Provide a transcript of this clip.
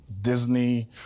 Disney